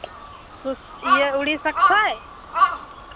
ᱤᱭᱟᱹ ᱩᱲᱤᱥᱥᱟ ᱠᱷᱚᱱ